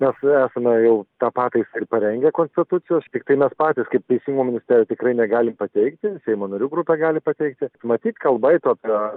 mes jau esame jau tą pataisą ir parengę konstitucijos tiktai mes patys kaip teisingumo ministerija tikrai negalim pateikti seimo narių grupė gali pateikti matyt kalba eitų apie